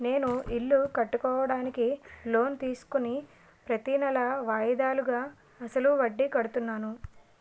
నేను ఇల్లు కట్టుకోడానికి లోన్ తీసుకుని ప్రతీనెలా వాయిదాలుగా అసలు వడ్డీ కడుతున్నాను